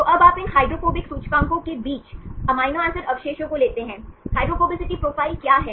तो अब आप इन हाइड्रोफोबिक सूचकांकों के बीच अमीनो एसिड अवशेषों को लेते हैं हाइड्रोफोबिसिटी प्रोफ़ाइल क्या है